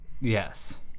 Yes